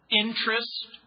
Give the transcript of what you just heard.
Interest